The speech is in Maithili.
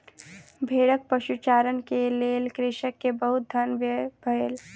भेड़क पशुचारण के लेल कृषक के बहुत धन व्यय भेल